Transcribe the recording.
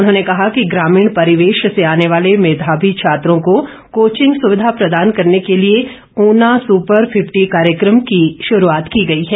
उन्होंने कहा कि ग्रामीण परिवेश से आने वाले मेघावी छात्रों को कोविंग सुविधा प्रदान करने के लिए उना सुपर फिफ्टी कार्यकम की शुरूआत की गई है